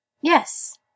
Yes